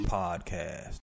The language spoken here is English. podcast